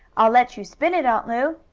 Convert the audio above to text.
i'll let you spin it, aunt lu.